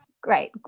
great